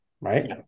right